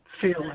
feeling